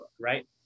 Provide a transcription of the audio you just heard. right